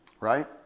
right